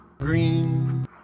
green